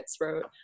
wrote